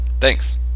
Thanks